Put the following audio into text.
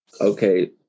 okay